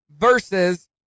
versus